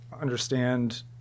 understand